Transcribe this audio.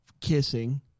kissing